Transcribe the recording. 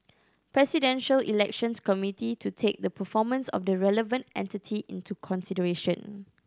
Presidential Elections Committee to take the performance of the relevant entity into consideration